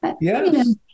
Yes